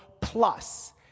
plus